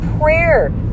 prayer